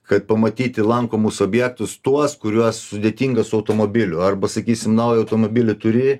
kad pamatyti lankomus objektus tuos kuriuos sudėtinga su automobiliu arba sakysim naują automobilį turi